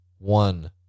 One